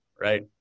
right